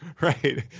Right